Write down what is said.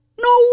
No